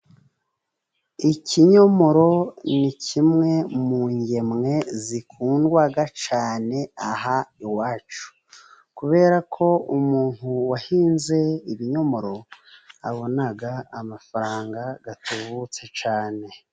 Ikinyomoro ni kimwe mu ngemwe zikundwa cyane aha iwacu, kubera ko umuntu wahinze ibinyomoro abona amafaranga atubutse cyane.